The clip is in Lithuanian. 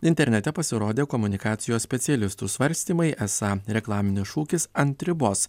internete pasirodė komunikacijos specialistų svarstymai esą reklaminis šūkis ant ribos